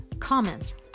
comments